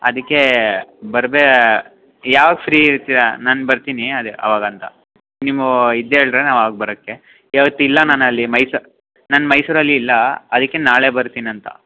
ಅದಕ್ಕೆ ಬರ್ಬೇ ಯಾವಾಗ ಫ್ರೀ ಇರ್ತೀರ ನಾನು ಬರ್ತೀನಿ ಅದೆ ಯಾವಾಗಂತ ನಿಮ್ಮ ಇದು ಹೇಳಿದ್ರೆ ನಾ ಅವಾಗ ಬರೋಕ್ಕೆ ಇವತ್ತಿಲ್ಲ ನಾನಲ್ಲಿ ಮೈಸ ನಾನು ಮೈಸೂರಲ್ಲಿ ಇಲ್ಲ ಅದಕ್ಕೆ ನಾಳೆ ಬರ್ತೀನಂತ